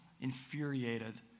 infuriated